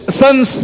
sons